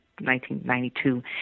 1992